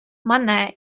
мане